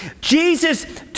Jesus